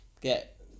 get